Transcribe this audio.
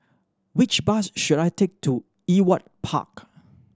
which bus should I take to Ewart Park